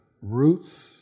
roots